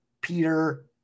Peter